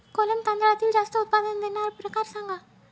कोलम तांदळातील जास्त उत्पादन देणारे प्रकार सांगा